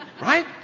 Right